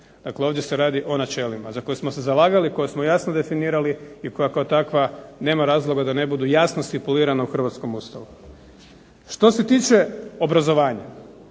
dakle ovdje se radi o načelima, za koje smo se zalagali, za koje smo jasno definirali i koje kao takva nema razloga da ne budu jasno stipulirana u Hrvatskom ustavu. Što se tiče obrazovanja,